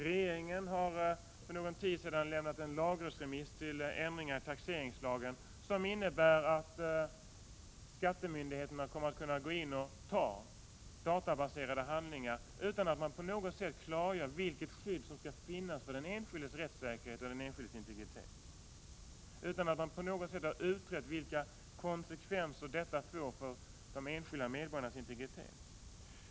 Regeringen har för någon tid sedan lämnat en lagrådsremiss rörande ändringar i taxeringslagen, som innebär att skattemyndigheterna kommer att kunna gå in och ta databaserade handlingar, utan att man på något sätt klargör vilket skydd som skall finnas för den enskildes rättssäkerhet och integritet, utan att man på något sätt har utrett vilka konsekvenser detta får för de enskilda medborgarnas integritet.